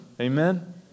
Amen